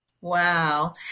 Wow